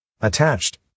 attached